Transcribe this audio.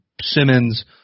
Simmons